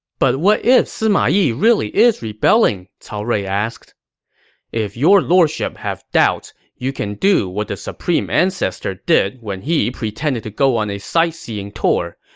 but what if sima yi really is rebelling? cao rui asked if your lordship have doubts, you can do what the supreme ancestor did when he pretended to go on a sightseeing tour.